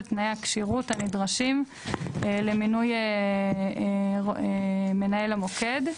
תנאי הכשירות הנדרשים למינוי מנהל המוקד.